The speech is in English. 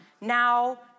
Now